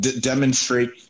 demonstrate